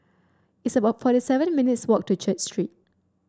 it's about forty seven minutes' walk to Church Street